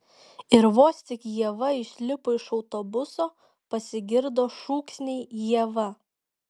ir vos tik ieva išlipo iš autobuso pasigirdo šūksniai ieva